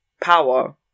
power